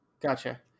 gotcha